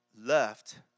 Left